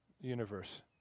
universe